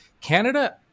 Canada